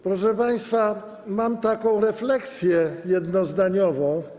Proszę państwa, mam taką refleksję jednozdaniową.